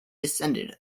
descendent